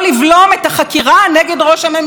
נאמרו נימוקים פרוצדורליים: זה לא הוא שחוקר,